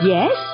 Yes